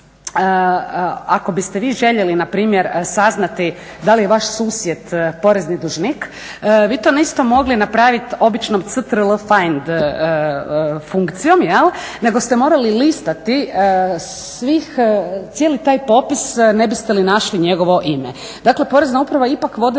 ako biste vi željeli npr. da li je vaš susjed porezni dužnik vi to niste mogli napraviti običnom CTRL Faind funkcijom nego ste morali listati svih cijeli taj popis ne biste li našli njegovo ime.